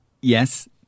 Yes